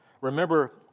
Remember